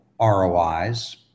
ROIs